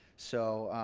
so